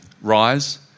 rise